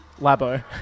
Labo